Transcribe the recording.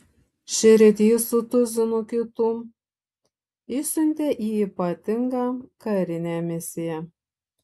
šįryt jį su tuzinu kitų išsiuntė į ypatingą karinę misiją